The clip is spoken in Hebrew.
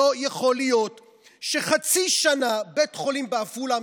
לא יכול להיות שחצי שנה בית חולים בעפולה,